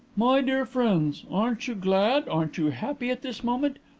my dear friends aren't you glad? aren't you happy at this moment?